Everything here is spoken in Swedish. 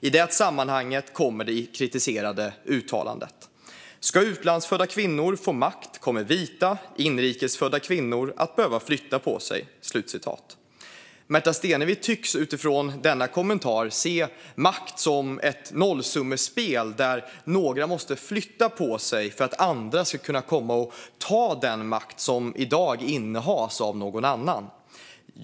I det sammanhanget kommer det kritiserade uttalandet: "Ska utlandsfödda kvinnor få makt kommer vita, inrikes födda kvinnor att behöva flytta på sig." Märta Stenevi tycks, utifrån denna kommentar, se makt som ett nollsummespel där några måste flytta på sig för att andra ska kunna ta den makt som i dag innehas av någon annan.